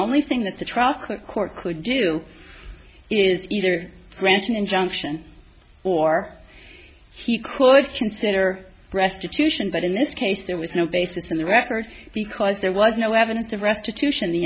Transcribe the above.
only thing that the truckload court could do is either branch an injunction or he could consider restitution but in this case there was no basis in the record because there was no evidence of restitution the